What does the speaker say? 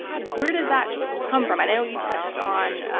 where does that come from? i know you touched on